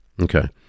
Okay